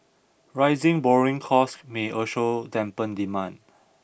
rising borrowing costs may also dampen demand